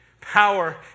Power